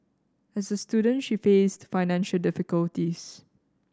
as a student she faced financial difficulties